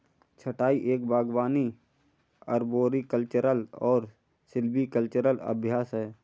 छंटाई एक बागवानी अरबोरिकल्चरल और सिल्वीकल्चरल अभ्यास है